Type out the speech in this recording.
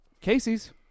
Casey's